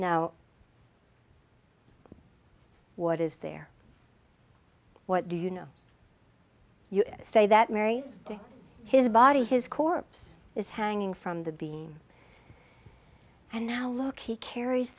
now what is there what do you know you say that mary his body his corpse is hanging from the bean and now look he carries